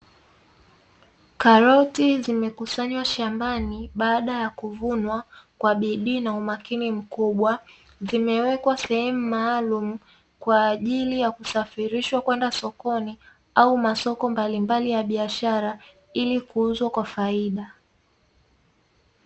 Karoti zimekusanywa shambani baada ya kuvunwa kwa bidii na umakini mkubwa zimewekwa sehemu maalumu kwa ajili ya kusafirishwa kwenda sokoni au masoko mbalimbali ya biashara ili kuuzwa kwa faida.